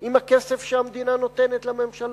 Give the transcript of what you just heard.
עם הכסף שהמדינה נותנת לממשלה?